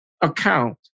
account